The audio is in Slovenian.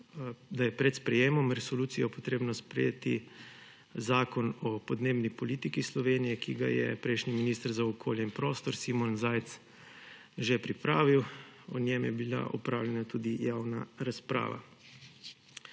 da je pred sprejetjem resolucije treba sprejeti zakon o podnebni politiki Slovenije, ki ga je prejšnji minister za okolje in prostor Simon Zajc že pripravil, o njem je bila opravljena tudi javna razprava.